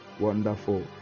Wonderful